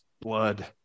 blood